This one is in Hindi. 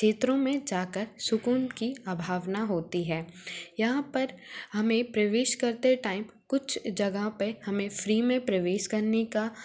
क्षेत्रों में जाकर सुकून की अभावना होती है यहाँ पर हमें प्रवेश करते टाइम कुछ जगह पे हमें फ्री में प्रवेश करने का